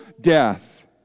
death